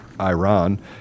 Iran